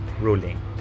ruling